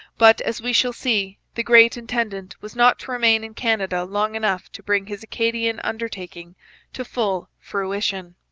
but, as we shall see, the great intendant was not to remain in canada long enough to bring his acadian undertaking to full fruition.